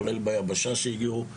כולל ביבשה שהגיעו,